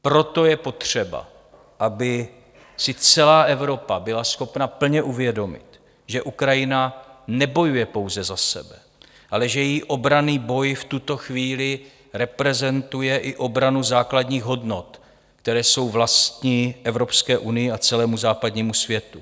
Proto je potřeba, aby si celá Evropa byla schopna plně uvědomit, že Ukrajina nebojuje pouze za sebe, ale že její obranný boj v tuto chvíli reprezentuje i obranu základních hodnot, které jsou vlastní Evropské unii a celému západnímu světu.